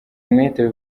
umwete